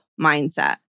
mindset